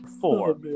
Four